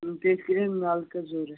تٔتھۍ کِتۍ ٲسۍ نَلکہٕ ضروٗرت